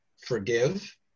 forgive